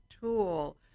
tool